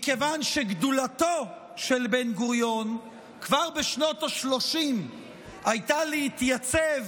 מכיוון שגדולתו של בן-גוריון כבר בשנות השלושים הייתה להתייצב